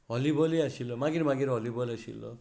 मागीर मागीर वॉलीबॉल आशिल्लो